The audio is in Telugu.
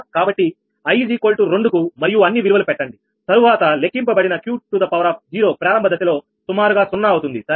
కాబట్టి i 2 కు మరియు అన్ని విలువలు పెట్టండి తరువాత లెక్కింపబడిన 𝑄 ప్రారంభ దశలో సుమారుగా సున్నా అవుతుంది సరేనా